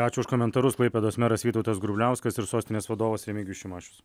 ačiū už komentarus klaipėdos meras vytautas grubliauskas ir sostinės vadovas remigijus šimašius